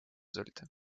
sollte